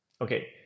okay